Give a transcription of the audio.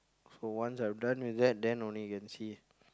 for once I'm done with that then only can see